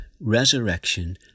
resurrection